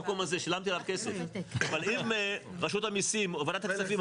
אבל אם רשות המיסים או ועדת הכספים או